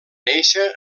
néixer